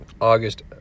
August